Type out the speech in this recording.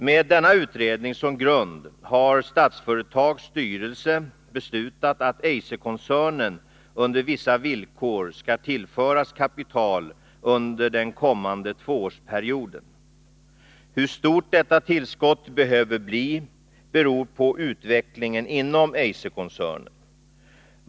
Med denna utredning som grund har Statsföretags styrelse beslutat att Eiser-koncernen under vissa villkor skall tillföras kapital under den kommande tvåårsperioden. Hur stort detta tillskott behöver bli beror på utvecklingen inom Eiser-koncernen.